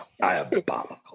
diabolical